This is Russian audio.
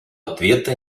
ответа